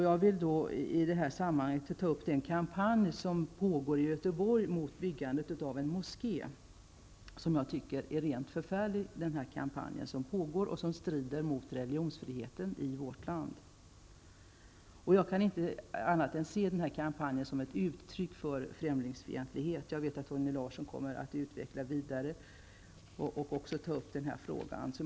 Jag vill i detta sammanhang nämna den kampanj som pågår i Göteborg mot byggandet av en moské. Den kampanjen är rent förfärlig, och den strider mot religionsfriheten i vårt land. Jag kan inte annat än se den kampanjen som uttryck för främlingsfientlighet. Jag vet att också Torgny Larsson kommer att ta upp den här frågan och utveckla den vidare.